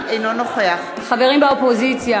אינו נוכח חברים באופוזיציה,